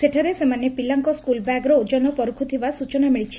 ସେଠାରେ ସେମାନେ ପିଲାଙ୍କ ସ୍କୁଲ୍ ବ୍ୟାଗର ଓଜନ ପରଖୁଥିବା ସୂଚନା ମିଳିଛି